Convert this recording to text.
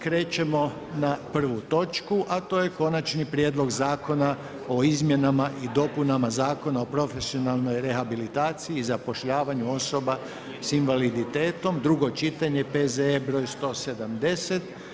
Krećemo na prvu točku, a to je: - Konačni prijedlog Zakona o izmjenama i dopunama Zakona o profesionalnoj rehabilitaciji i zapošljavanju osoba s invaliditetom, drugo čitanje, P.Z.E. broj 170.